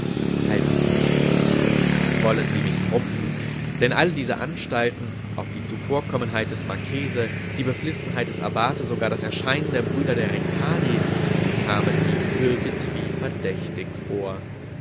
halten sie mich für reich wollen sie mich rupfen denn alle diese anstalten auch die zuvorkommenheit des marchese die beflissenheit des abbate sogar das erscheinen der brüder ricardi kamen ihm irgendwie verdächtig vor